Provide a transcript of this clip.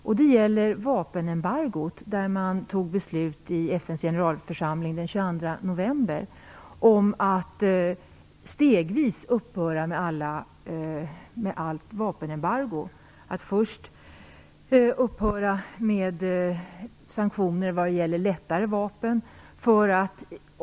Den 22 november fattade man beslut i FN:s generalförsamling om att stegvis upphöra med allt vapenembargo - att först upphöra med sanktioner när det gäller lättare vapen.